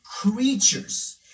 creatures